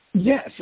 Yes